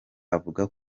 avuga